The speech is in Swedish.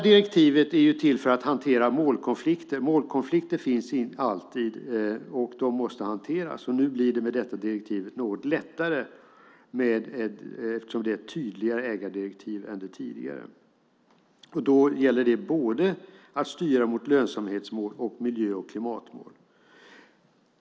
Direktivet är till för att hantera målkonflikter. Målkonflikter finns alltid, och de måste hanteras. Med detta direktiv blir det något lättare eftersom det är ett tydligare ägardirektiv än tidigare. Det gäller att styra mot både lönsamhetsmål och miljö och klimatmål.